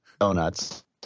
donuts